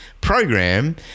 program